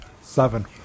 Seven